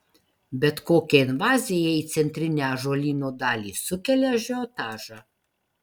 bet kokia invazija į centrinę ąžuolyno dalį sukelia ažiotažą